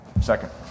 Second